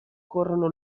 corrono